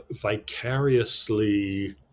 vicariously